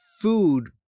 food